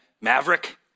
Maverick